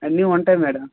అన్నీ ఉంటాయి మేడం